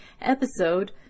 Episode